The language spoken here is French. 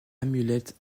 amulette